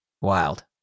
wild